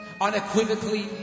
unequivocally